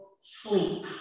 sleep